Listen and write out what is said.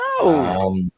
No